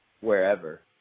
wherever